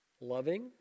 loving